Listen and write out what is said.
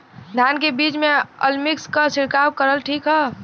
धान के बिज में अलमिक्स क छिड़काव करल ठीक ह?